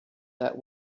that